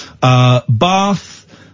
Bath